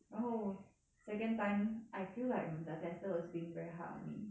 然后 second time I feel like the tester was being very hard on me